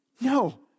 No